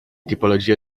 tipologia